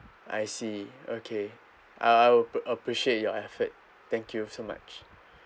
I see okay uh I will appreciate your effort thank you so much